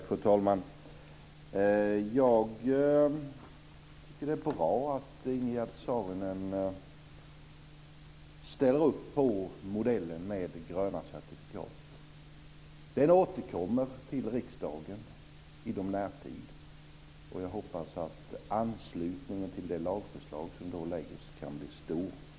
Fru talman! Jag tycker att det är bra att Ingegerd Saarinen ställer sig bakom modellen med gröna certifikat. Den återkommer till riksdagen inom en nära framtid, och jag hoppas att anslutningen till det lagförslag som då läggs fram kan bli stor.